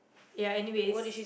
ya anyways